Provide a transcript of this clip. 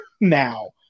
now